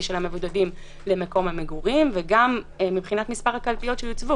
של המבודדים למקום המגורים וגם מבחינת מספר הקלפיות שיוצבו